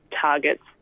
targets